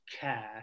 care